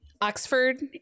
oxford